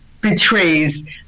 betrays